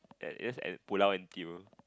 eh that's at Pulau N_T_U